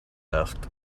asked